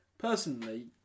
Personally